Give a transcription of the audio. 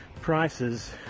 prices